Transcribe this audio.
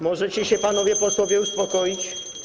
Możecie się panowie posłowie uspokoić?